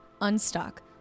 Unstuck